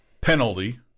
Penalty